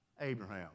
Abraham